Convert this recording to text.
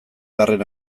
garren